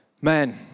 men